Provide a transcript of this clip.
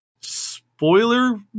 spoiler